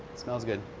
smells good.